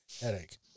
Headache